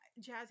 Jazzy